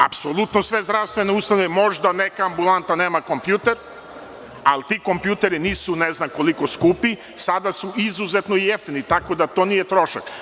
Apsolutno sve zdravstvene ustanove, možda neka ambulanta nema kompjuter, ali ti kompjuteri nisu ne znam koliko skupi, čak su sada izuzetno jeftini, tako da to i nije trošak.